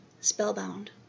Spellbound